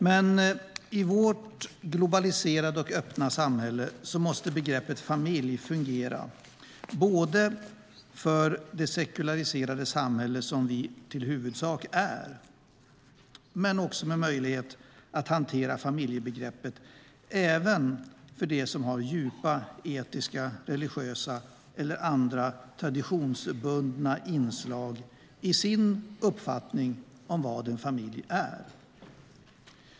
Men i vårt globaliserade och öppna samhälle måste familjebegreppet fungera både för det sekulariserade samhälle som vi i huvudsak är och för dem som har djupa etiska, religiösa eller andra traditionsbundna inslag i sin uppfattning om vad en familj är.